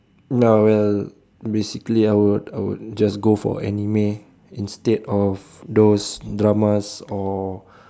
no I will basically I would I would just go for anime instead of those dramas or